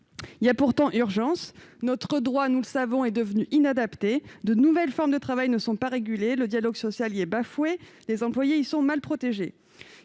Il y a pourtant urgence. Notre droit, nous le savons, est devenu inadapté. De nouvelles formes de travail ne sont pas régulées : le dialogue social y est bafoué et les employés y sont mal protégés.